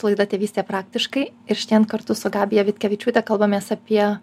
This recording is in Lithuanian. laida tėvystė praktiškai ir šiandien kartu su gabija vitkevičiūte kalbamės apie